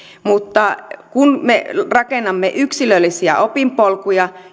kun me rakennamme yksilöllisiä opinpolkuja